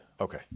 Okay